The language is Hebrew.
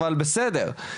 אבל בסדר.